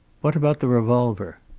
what about the revolver?